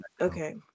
Okay